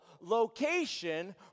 location